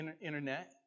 Internet